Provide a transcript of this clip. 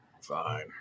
Fine